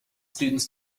students